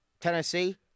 Tennessee